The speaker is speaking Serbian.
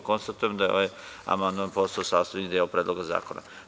Konstatujem da je ovaj amandman postao sastavni deo Predloga zakona.